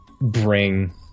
bring